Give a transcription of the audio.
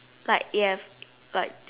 like ya but